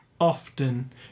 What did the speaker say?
Often